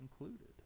Included